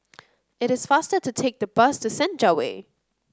it is faster to take the bus to Senja Way